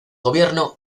gobierno